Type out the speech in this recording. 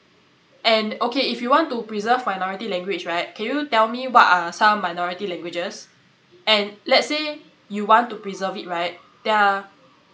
and okay if you want to preserve minority language right can you tell me what are some minority languages and let's say you want to preserve it right there are